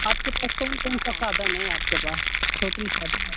आपके पास कौन कौन सा साधन है आपके पास टोटली साधन